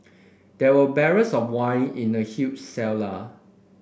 there were barrels of wine in the huge cellar